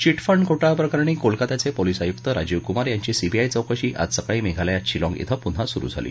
chit fund घोटाळा प्रकरणी कोलकात्याचे पोलीस आयुक्त राजीव कुमार यांची सीबीआय चौकशी आज सकाळी मेघालयात शिलाँग कें पुन्हा सुरु झाली